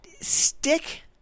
stick